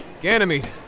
Ganymede